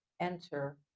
enter